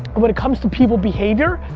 when it comes to people behavior,